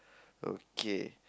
okay